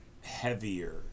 heavier